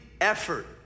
effort